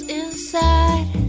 inside